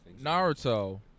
Naruto